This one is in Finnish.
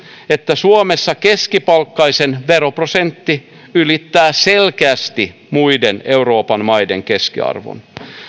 että suomessa keskipalkkaisen veroprosentti ylittää selkeästi muiden euroopan maiden keskiarvon